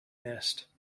nest